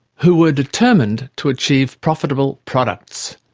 who were determined to achieve profitable products.